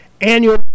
annual